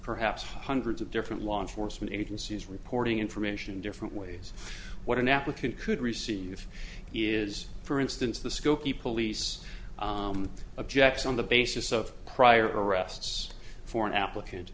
perhaps hundreds of different law enforcement agencies reporting information different ways what an applicant could receive is for instance the skokie police objects on the basis of prior arrests for an applicant